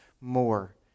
more